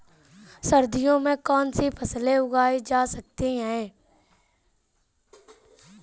सर्दियों में कौनसी फसलें उगाई जा सकती हैं?